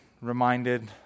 reminded